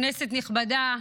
כנסת נכבדה,